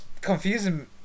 confusing